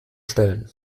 stellen